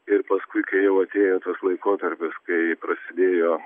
ir paskui kai jau atėjo tas laikotarpis kai prasidėjo